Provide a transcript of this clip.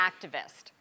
activist